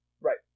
Right